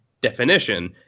definition